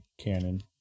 canon